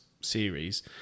series